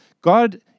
God